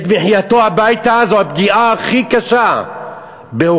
מחייתו הביתה זו הפגיעה הכי קשה בהורים.